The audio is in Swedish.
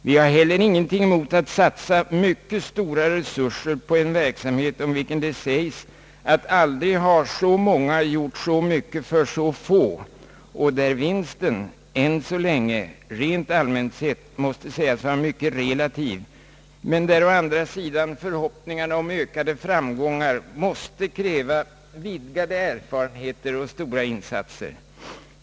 Vi har heller ingenting emot att satsa mycket stora resurser på en verksamhet, om vilken det sägs att aldrig har så många gjort så mycket för så få och där vinsten, än så länge, rent allmänt sett måste sägas vara mycket relativ, men där å andra sidan förhoppningarna om ökade framgångar måste kräva vidgade erfarenheter och stora insatser.